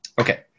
Okay